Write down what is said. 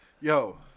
Yo